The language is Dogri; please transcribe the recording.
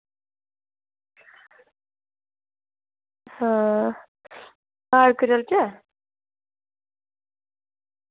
हां पार्क चलचै